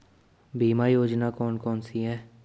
बीमा योजना कौन कौनसी हैं?